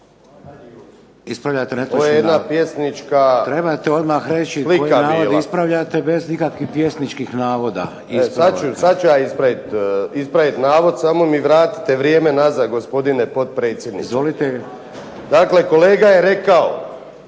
Ispravljate netočni navod. Trebate odmah reći koji navod ispravljate bez ikakvih pjesničkih navoda. **Vinković, Zoran (SDP)** Sad ću ja ispraviti navod samo mi vratite vrijeme nazad gospodine potpredsjedniče. Dakle, kolega je rekao